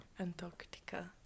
Antarctica